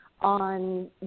on